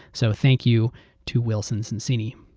so thank you to wilson sonsini.